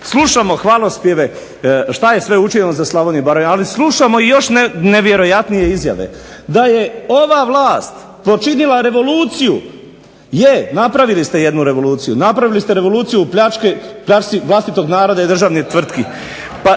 Slušamo hvalospjeve što je sve učinjeno za Slavoniji i Baranju. Ali, slušamo i još nevjerojatnije izjave da je ova vlast počinila revoluciju. Je napravili ste jednu revoluciju, napravili ste revoluciju pljačke vlastitog naroda i državnih tvrtki.